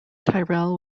tyrrell